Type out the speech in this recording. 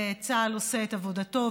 וצה"ל עושה את עבודתו,